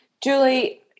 Julie